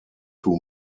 two